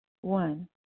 One